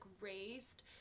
raised